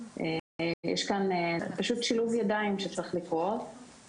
יש כאן פשוט שילוב ידיים שצריך לקרות.